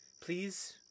please